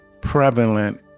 prevalent